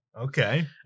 Okay